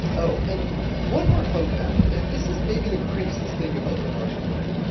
oh, and one more fun fact. and this is maybe the craziest thing about the marshall plan.